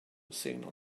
signal